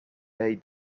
day